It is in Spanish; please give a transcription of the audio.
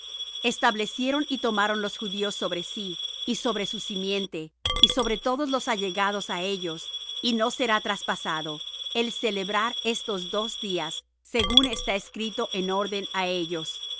establecieron y tomaron los judíos sobre sí y sobre su simiente y sobre todos los allegados á ellos y no será traspasado el celebrar estos dos días según está escrito en orden á ellos